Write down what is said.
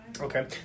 Okay